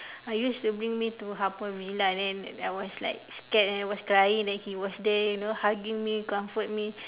uh use to bring me to haw-par-villa then I was like scared and I was crying then he was there you know hugging me comfort me